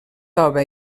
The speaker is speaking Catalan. tova